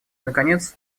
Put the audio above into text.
наконец